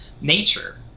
nature